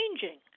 changing